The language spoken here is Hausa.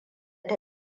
ta